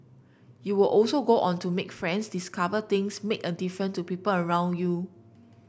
you will also go on to make friends discover things make a difference to people around you